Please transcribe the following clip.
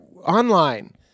online